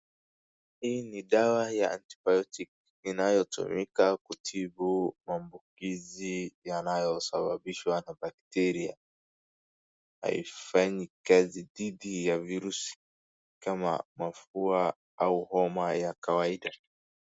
Hii ni dawa antibiotic inayotumika kutibu maambukizi yanayosababishwa na bacteria . Haifanyi kazi dhidi ya virusi kama mafua au homa ya kawaida.